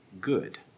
good